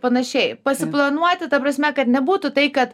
panašiai pasiplanuoti ta prasme kad nebūtų tai kad